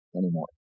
anymore